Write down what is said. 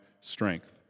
strength